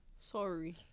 Sorry